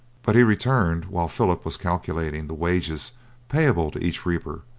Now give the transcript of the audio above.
but he returned while philip was calculating the wages payable to each reaper,